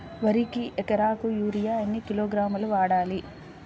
వరికి ఎకరాకు యూరియా ఎన్ని కిలోగ్రాములు వాడాలి?